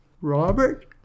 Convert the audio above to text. Robert